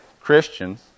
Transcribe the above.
Christians